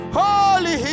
holy